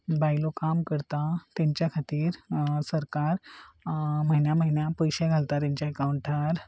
बायलो काम करता तांच्या खातीर सरकार म्हयन्या म्हयन्या पयशे घालता तांच्या अकाउंटार